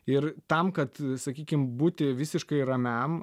ir tam kad sakykim būti visiškai ramiam